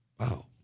Wow